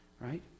right